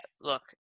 look